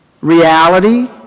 reality